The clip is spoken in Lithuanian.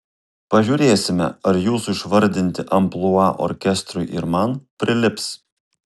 pažiūrėsime ar jūsų išvardinti amplua orkestrui ir man prilips